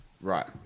Right